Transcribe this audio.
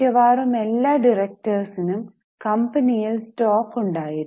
മിക്കവാറും എല്ലാ ഡിറക്ടര്സിനും കമ്പനിയിൽ സ്റ്റോക്ക് ഉണ്ടായിരുന്നു